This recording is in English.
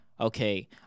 okay